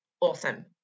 awesome